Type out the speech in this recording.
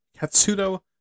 Katsudo